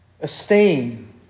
Esteem